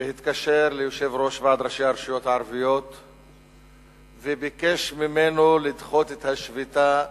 התקשר ליושב-ראש ועד ראשי הרשויות הערביות וביקש ממנו לדחות את השביתה,